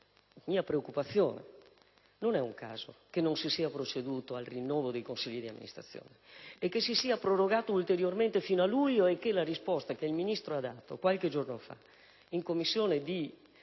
una preoccupazione: non è un caso che non si sia proceduto al rinnovo dei consigli d'amministrazione, prorogati ulteriormente fino a luglio, e che la risposta che il Ministro ha dato qualche giorno fa in Commissione di